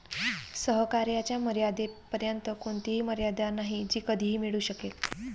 सहकार्याच्या मर्यादेपर्यंत कोणतीही मर्यादा नाही जी कधीही मिळू शकेल